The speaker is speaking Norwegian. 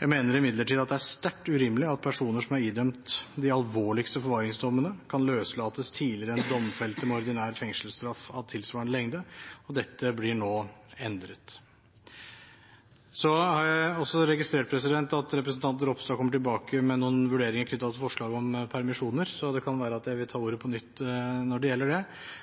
Jeg mener imidlertid at det er sterkt urimelig at personer som er idømt de alvorligste forvaringsdommene, kan løslates tidligere enn domfelte med ordinær fengselsstraff av tilsvarende lengde, og dette blir nå endret. Jeg har også registrert at representanten Ropstad kommer tilbake med noen vurderinger knyttet til forslaget om permisjoner, så det kan være at jeg vil ta ordet på nytt når det gjelder det.